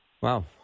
Wow